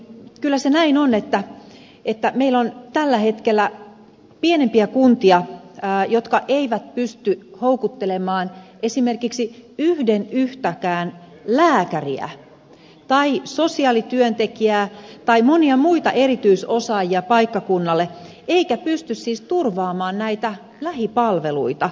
kyllä se näin on että meillä on tällä hetkellä pienempiä kuntia jotka eivät pysty houkuttelemaan esimerkiksi yhden yhtäkään lääkäriä tai sosiaalityöntekijää tai monia muita erityisosaajia paikkakunnalle eivätkä pysty siis turvaamaan näitä lähipalveluita